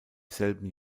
selben